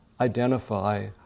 identify